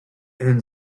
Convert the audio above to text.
end